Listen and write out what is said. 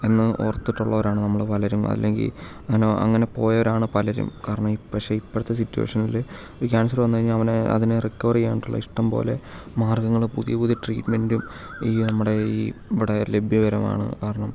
എന്ന് ഓർത്തിട്ടുള്ളവരാണ് നമ്മൾ പലരും അല്ലെങ്കിൽ അങ്ങനെ അങ്ങനെ പോയവരാണ് പലരും കാരണം ഇ പക്ഷേ ഇപ്പോഴത്തെ സിറ്റുവേഷനിൽ ഒരു ക്യാൻസർ വന്ന് കഴിഞ്ഞാൽ അവന് അതിന് റിക്കവർ ചെയ്യാനായിട്ടുള്ള ഇഷ്ടംപോലെ മാർഗങ്ങൾ പുതിയ പുതിയ ട്രീറ്റ്മെൻറ്റും ഈ നമ്മുടെ ഈ ഇവിടെ ലഭ്യകരമാണ് കാരണം